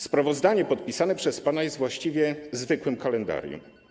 Sprawozdanie podpisane przez pana jest właściwie zwykłym kalendarium.